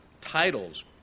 titles